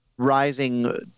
rising